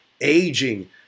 aging